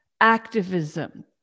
activism